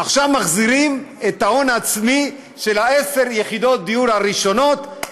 עכשיו מחזירים את ההון העצמי של עשר יחידות הדיור הראשונות,